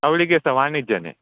ಅವಳಿಗೆ ಸಹ ವಾಣಿಜ್ಯನೆ